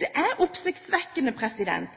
Det er oppsiktsvekkende